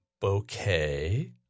bouquet